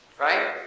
Right